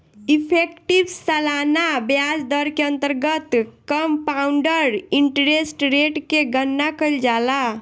effective सालाना ब्याज दर के अंतर्गत कंपाउंड इंटरेस्ट रेट के गणना कईल जाला